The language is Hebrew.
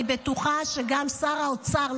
אני בטוחה שגם שר האוצר,